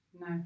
No